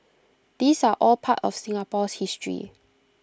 these are all part of Singapore's history